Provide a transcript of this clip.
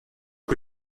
que